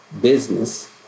business